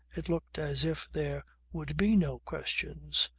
it looked as if there would be no questions.